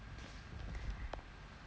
but honestly right